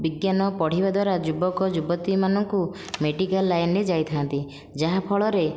ବିଜ୍ଞାନ ପଢ଼ିବା ଦ୍ଵାରା ଯୁବକ ଯୁବତୀମାନଙ୍କୁ ମେଡ଼ିକାଲ ଲାଇନ୍ରେ ଯାଇଥାନ୍ତି ଯାହା ଫଳରେ